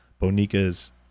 Bonica's